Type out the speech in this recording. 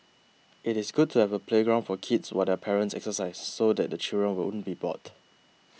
it is good to have a playground for kids what their parents exercise so that children won't be bored